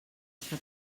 està